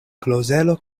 klozelo